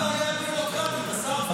ארבעה חודשים, מתווה, וזה עוד לא עובד.